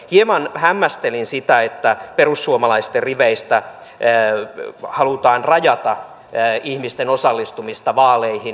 hieman hämmästelin sitä että perussuomalaisten riveistä halutaan rajata ihmisten osallistumista vaaleihin